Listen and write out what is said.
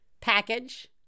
package